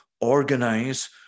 organize